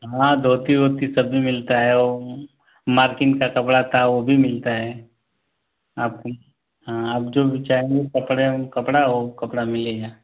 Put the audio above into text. वहाँ धोती उती सब भी मिलता है मारकिंग का कपड़ा आता है वो भी मिलता है आप को आप जो भी चाहिए कपड़ा वो कपड़ा मिलेगा